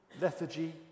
lethargy